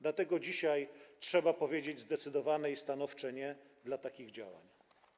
Dlatego dzisiaj trzeba powiedzieć zdecydowane i stanowcze „nie” takim działaniom.